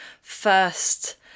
first